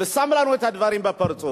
ושם לנו את הדברים בפרצוף.